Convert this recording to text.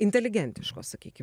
inteligentiško sakykim